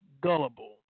gullible